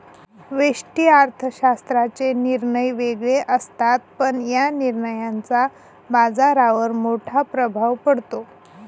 व्यष्टि अर्थशास्त्राचे निर्णय वेगळे असतात, पण या निर्णयांचा बाजारावर मोठा प्रभाव पडतो